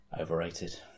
Overrated